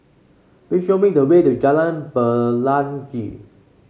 please show me the way to Jalan Pelangi